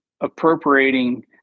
appropriating